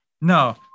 No